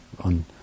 on